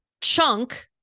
chunk